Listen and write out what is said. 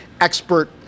expert